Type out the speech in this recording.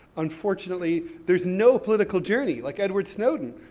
unfortunately, there's no political journey. like edward snowden,